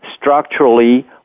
structurally